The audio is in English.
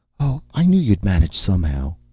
oh, i knew you'd manage somehow!